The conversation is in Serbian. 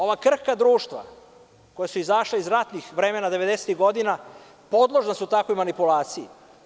Ova krhka društva koja su izašla iz ratnih vremena 90-ih godina podložna su takvoj manipulaciji.